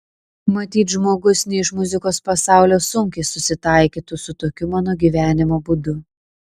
matyt žmogus ne iš muzikos pasaulio sunkiai susitaikytų su tokiu mano gyvenimo būdu